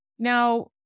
Now